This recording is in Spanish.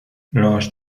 los